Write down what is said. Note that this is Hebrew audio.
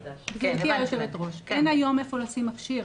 גבירתי היו"ר, אין היום איפה לשים מכשיר.